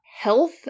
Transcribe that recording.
health